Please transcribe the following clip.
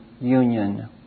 union